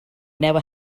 never